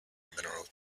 mineral